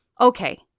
Okay